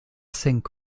cinq